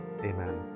amen